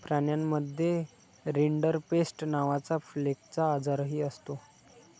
प्राण्यांमध्ये रिंडरपेस्ट नावाचा प्लेगचा आजारही असतो